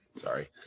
Sorry